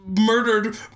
murdered